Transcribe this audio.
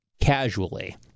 casually